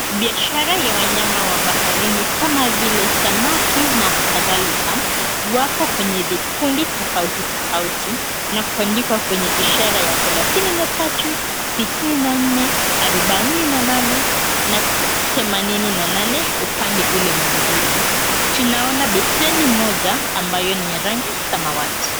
Biashara ya wanyama wa baharini kama vile samaki na kadhalika wako kwenye vikundi tofauti tofauti na kuandikwa kwenye ishara yake 32, 64, 48 na 88 upande ule mwingine. Tunaona beseni moja ambayo ni ya rangi samawati.